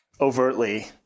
overtly